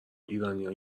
ایرانیا